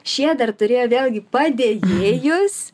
šie dar turėjo vėlgi padėjėjus